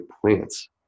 plants